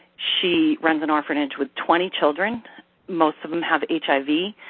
she runs an orphanage with twenty children most of them have